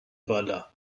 بالا